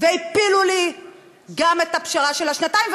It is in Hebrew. והפילו לי גם את הפשרה של שנתיים,